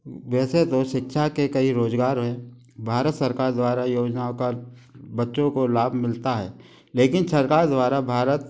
वैसे तो शिक्षा के कई रोजगार हैं भारत सरकार द्वारा योजनाओं का बच्चों को लाभ मिलता है लेकिन सरकार द्वारा भारत